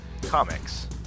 comics